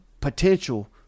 potential